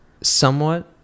somewhat